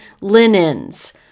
linens